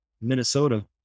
Minnesota